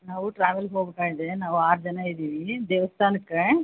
ನಾವು ಟ್ರಾವೆಲ್ಗೆ ಹೋಗ್ತಾ ಇದೆ ನಾವು ಆರು ಜನ ಇದ್ದೀವಿ ದೇವ್ಸ್ಥಾನಕ್ಕೆ